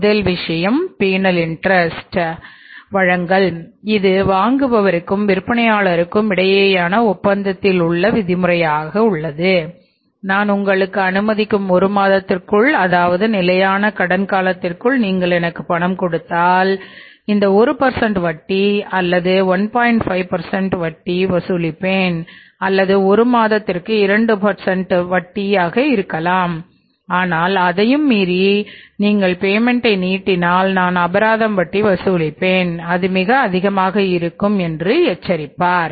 முதல் விஷயம் penal interest நீட்டினால் நான் அபராதம் வட்டி வசூலிப்பேன் அது மிக அதிகமாக இருக்கும் என்று எச்சரிப்பார்